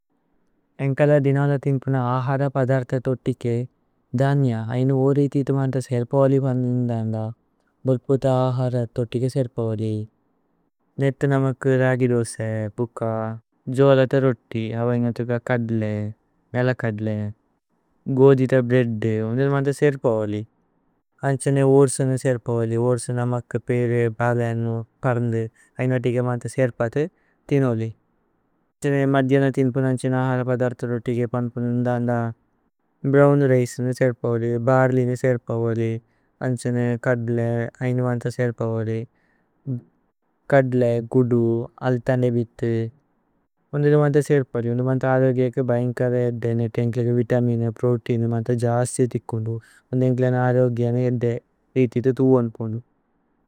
ഏന്കല ദിനല തിന്പുന ആഹര പദര്ഥ ഥോത്തികേ ദന്യ। ഐന ഓ രേഇഥിഥു മാന്ഥ സേര്പഓലി പന്ധിന്ദന്ദ। ഭോത്പോഥ ആഹര ഥോത്തികേ സേര്പഓലി നേത്ത നമക് രഗി। ദോസ, പുക്ക, ജോലത രോത്തി, അവൈനു ഥുക്ക കദ്ലേ നേല। കദ്ലേ ഗോധിത ബ്രേഅദ് ഉനില് മാന്ഥ സേര്പഓലി അന്ഛനേ। ഊര്സുന സേര്പഓലി ഊര്സു നമക് പീരേ ബലേന് പരന്ദു। ഐന തീക മാന്ഥ സേര്പാതി ഥിനോലി അന്ഛനേ മദ്ദിഅന। തിന്പുന ആഹര പദര്ഥ ഥോത്തികേ പന്ധിന്ദന്ദ ഭ്രോവ്ന്। രിചേ ന സേര്പഓലി ബര്ലേയ് ന സേര്പഓലി അന്ഛനേ കദ്ലേ। ഐന മാന്ഥ സേര്പഓലി കദ്ലേ, ഗുദു, അല്ഥനേബിഥു। ഉനില് മാന്ഥ സേര്പഓലി ഉനില് മാന്ഥ ആഹരഗേക। ബൈന്ക വേദ്ദേ നേത്ത ഏന്കല വിതമിന പ്രോതേഇന്। മാന്ഥ ജസ്യ ഥിക്കുന്ദു। ഉനില് ഏന്കല ന ആരോ। ഗ്ദിഅന വേദ്ദേ രേഇഥിഥു ഥുവു അന്പുന്ദു।